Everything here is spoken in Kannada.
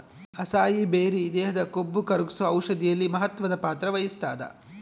ಅಸಾಯಿ ಬೆರಿ ದೇಹದ ಕೊಬ್ಬುಕರಗ್ಸೋ ಔಷಧಿಯಲ್ಲಿ ಮಹತ್ವದ ಪಾತ್ರ ವಹಿಸ್ತಾದ